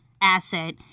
asset